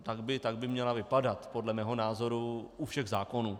Tak by měla vypadat podle mého názoru u všech zákonů.